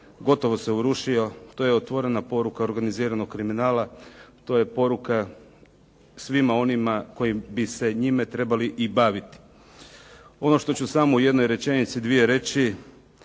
gotovo se urušio. To je otvorena poruka organiziranog kriminala. To je poruka svima onima koji bi se njime trebali i baviti. Ono što ću samo u jednoj rečenici, dvije reći.